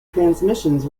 transmissions